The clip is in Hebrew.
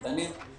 בחקיקה.